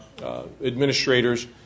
administrators